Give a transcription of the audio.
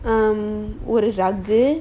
um ஒரு:oru raggu